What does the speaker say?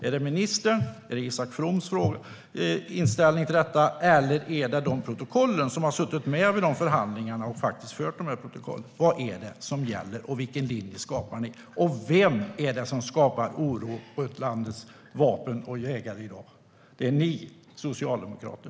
Är det ministerns eller Isak Froms inställning eller är det vad som framgår av protokollen från förhandlingarna? Vad är det som gäller? Vilken linje skapar ni? Vem är det som skapar oro hos landets vapeninnehavare och jägare i dag? Det är ni socialdemokrater.